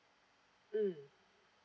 mm